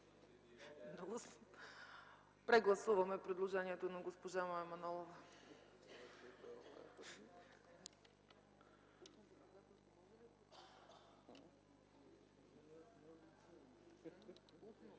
прегласуване предложението на госпожа Манолова.